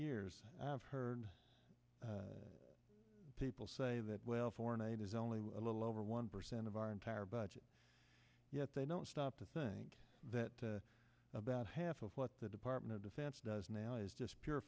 years i've heard people say that well foreign aid is only a little over one percent of our entire budget yet they don't stop to think that about half of what the department of defense does now is just pure